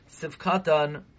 Sivkatan